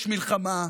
יש מלחמה,